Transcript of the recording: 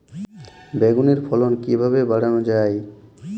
বেগুনের ফলন কিভাবে বাড়ানো যায়?